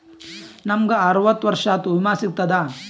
ನಮ್ ಗ ಅರವತ್ತ ವರ್ಷಾತು ವಿಮಾ ಸಿಗ್ತದಾ?